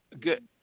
good